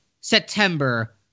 September